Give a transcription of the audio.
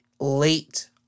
Late